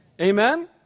Amen